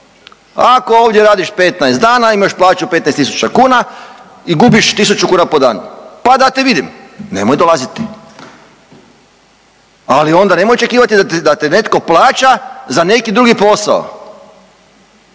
Ako ovdje radiš 15 dana, imaš plaću 15.000 kuna i gubiš 1.000 kuna po danu, pa da te vidim. Nemoj dolaziti, ali onda nemoj očekivati da te netko plaća za neki drugi posao.